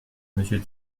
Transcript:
monsieur